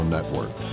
Network